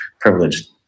privileged